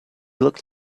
looked